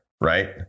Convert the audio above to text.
Right